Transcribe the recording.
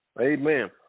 Amen